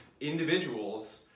individuals